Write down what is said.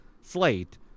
slate